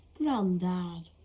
grandad.